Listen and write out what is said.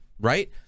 right